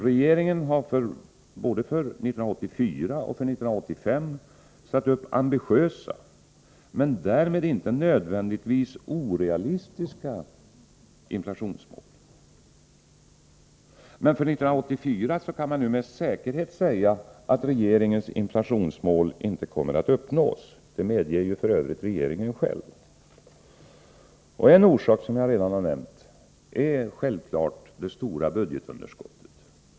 Regeringen har för både 1984 och 1985 satt upp ambitiösa men därmed inte nödvändigtvis orealistiska inflationsmål. För 1984 kan man nu i alla fall med säkerhet säga att regeringens inflationsmål inte kommer att uppnås — detta medger f. ö. regeringen själv. En orsak är, som jag redan nämnt, det stora budgetunderskottet.